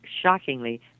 shockingly